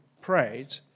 prayed